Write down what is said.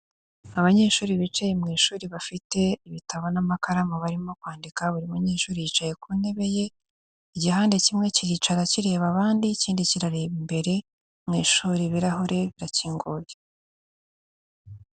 Abanyeshuri bicaye mu ishuri bafite ibitabo n'amakaramu barimo kwandika buri munyeshuri yicaye ku ntebe ye ,igihande kimwe kiricara kireba abandi ikindi kirareba imbere, mu ishuri ibirahure birakinguye.